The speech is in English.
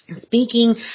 Speaking